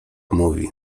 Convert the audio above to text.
mówi